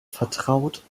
vertraut